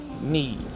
need